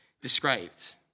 described